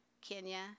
Kenya